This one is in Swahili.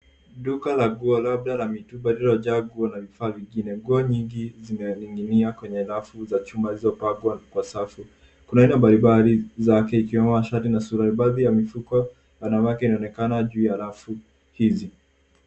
Duka la nguo, labda na mitumba, lililojaa nguo na vifaa vingine. Nguo nyiingi zimening'inia kwenye rafu za chuma zilizopangwa kwa safu. Kuna aina mbali mbali zake ikiwemo masharti na surali. Baadhi ya mifuko, wanawake inaonekana juu ya rafu hizi.